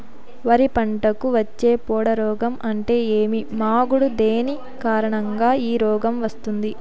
వరి పంటకు వచ్చే పొడ రోగం అంటే ఏమి? మాగుడు దేని కారణంగా ఈ రోగం వస్తుంది?